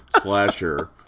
slasher